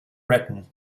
breton